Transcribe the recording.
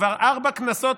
כבר ארבע כנסות,